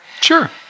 Sure